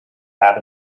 had